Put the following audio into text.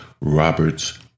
Roberts